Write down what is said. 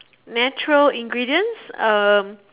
natural ingredients um